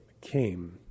came